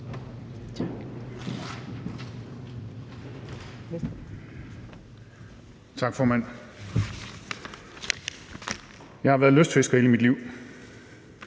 Tak, formand. Jeg har været lystfisker hele mit liv.